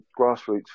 grassroots